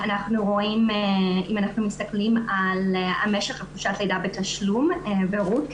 אם אנחנו מסתכלים על משך תקופת הלידה בתשלום בהורות,